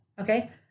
okay